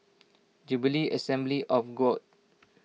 Jubilee Assembly of God